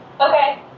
Okay